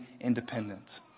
independent